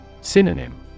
Synonym